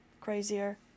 crazier